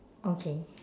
okay